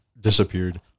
disappeared